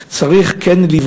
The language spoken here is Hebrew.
זה לא מה שייתן כנראה את הפתרון.